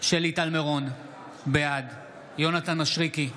שלי טל מירון, בעד יונתן מישרקי,